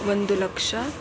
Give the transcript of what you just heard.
ಒಂದು ಲಕ್ಷ